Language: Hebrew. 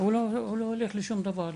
הוא לא הולך לשום דבר,